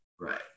right